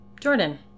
Jordan